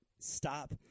stop